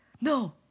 No